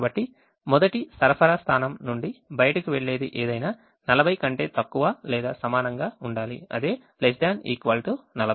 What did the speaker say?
కాబట్టి మొదటి సరఫరా స్థానం నుండి బయటకు వెళ్ళేది ఏదైనా 40 కంటే తక్కువ లేదా సమానంగా ఉండాలి ≤ 40